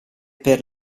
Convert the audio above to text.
per